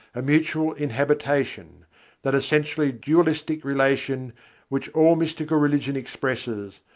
a mutual inhabitation that essentially dualistic relation which all mystical religion expresses,